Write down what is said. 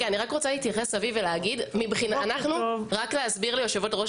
אני רוצה להתייחס ולהסביר ליושבת ראש